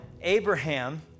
Abraham